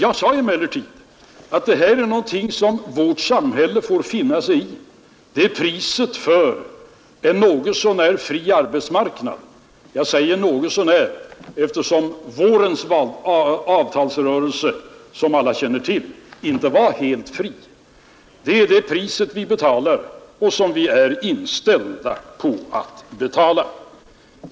Jag sade emellertid att det är någonting som vårt samhälle får finna sig i. Det är priset för en något så när fri arbetsmarknad. Jag säger ”något så när”, eftersom vårens avtalsrörelse, som alla känner till, inte var helt fri. Det är det pris vi betalar och som vi är inställda på att betala.